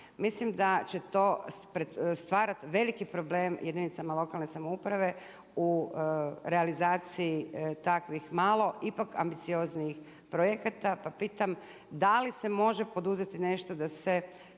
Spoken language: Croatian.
Mislim da će to stvarati veliki problem jedinicama lokalne samouprave u realizaciji takvih malo ipak ambicioznijih projekata. Pa pitam da li se može poduzeti nešto da se,